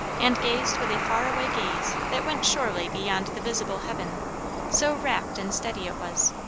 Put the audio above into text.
and gazed with a far-away gaze that went surely beyond the visible heaven so wrapt and steady it was.